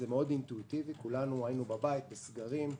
זה מאוד אינטואיטיבי כולנו היינו בבית בסגרים,